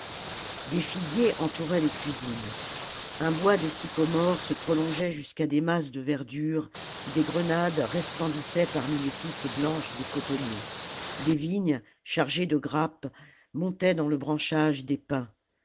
des figuiers entouraient les cuisines un bois de sycomores se prolongeait jusqu'à des masses de verdure oii des grenades resplendissaient parmi les touffes blanches des cotonniers des vignes chargées de grappes montaient dans le branchage des pins